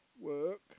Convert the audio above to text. work